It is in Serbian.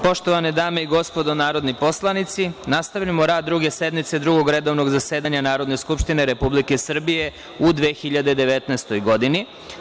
Poštovane dame i gospodo narodni poslanici, nastavljamo rad Druge sednice Drugog redovnog zasedanja Narodne skupštine Republike Srbije u 2019. godini.